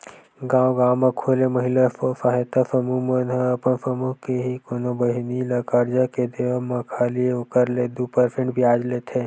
गांव गांव म खूले महिला स्व सहायता समूह मन ह अपन समूह के ही कोनो बहिनी ल करजा के देवब म खाली ओखर ले दू परसेंट बियाज लेथे